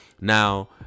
now